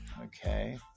Okay